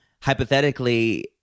hypothetically